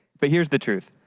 but here's the truth.